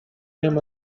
him